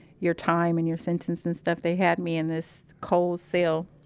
your time and your sentence and stuff. they had me in this cold cell,